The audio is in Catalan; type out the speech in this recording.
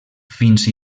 fins